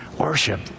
worship